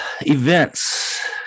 events